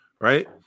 right